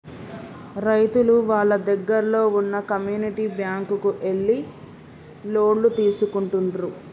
రైతులు వాళ్ళ దగ్గరల్లో వున్న కమ్యూనిటీ బ్యాంక్ కు ఎళ్లి లోన్లు తీసుకుంటుండ్రు